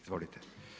Izvolite.